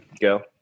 Go